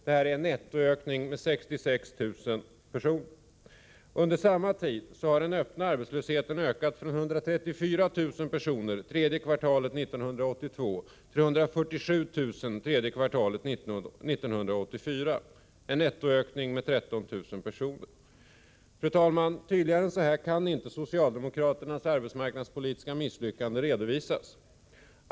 Det är en ökning med netto 66 000 arbetstillfällen. Under samma tid har den öppna arbetslösheten ökat, från att ha gällt 134 000 personer under tredje kvartalet 1982 till att gälla 147 000 under tredje kvartalet 1984. Det är en ökning med netto 13 000 personer. Tydligare än så kan inte socialdemokraternas arbetsmarknadspolitiska misslyckanden redo Visas.